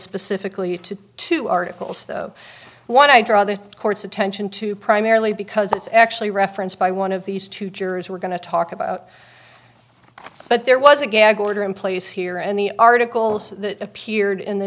specifically to two articles though one i draw the court's attention to primarily because it's actually referenced by one of these two jurors who are going to talk about but there was a gag order in place here and the articles that appeared in the